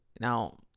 Now